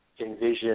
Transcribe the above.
envision